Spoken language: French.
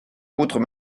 autres